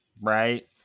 right